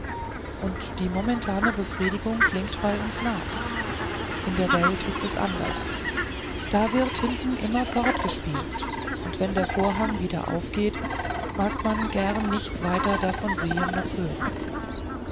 und die momentane befriedigung klingt bei uns nach in der welt ist es anders da wird hinten immer fortgespielt und wenn der vorhang wieder aufgeht mag man gern nichts weiter davon sehen noch hören